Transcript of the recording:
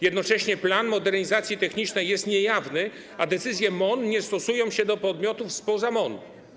Jednocześnie plan modernizacji technicznej jest niejawny, a decyzje MON nie stosują się do podmiotów spoza MON.